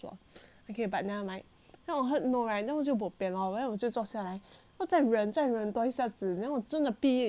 then 我 heard no right then 我就 bo pian lor then 我就坐下来再忍再忍多一下子 then 我真的憋 is like a custom already